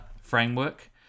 framework